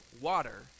water